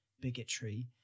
bigotry